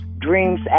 dreams